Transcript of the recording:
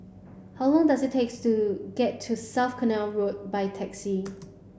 how long does it takes to get to South Canal Road by taxi